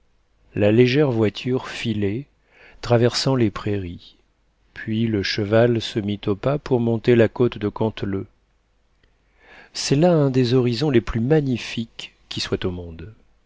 la légère voiture filait traversant les prairies puis le cheval se mit au pas pour monter la côte de canteleu c'est là un des horizons les plus magnifiques qui soient au monde